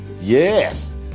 Yes